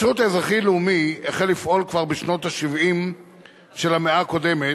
השירות האזרחי-לאומי החל לפעול כבר בשנות ה-70 של המאה הקודמת,